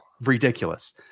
Ridiculous